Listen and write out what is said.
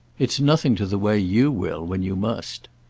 it's nothing to the way you will when you must.